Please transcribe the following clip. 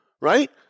right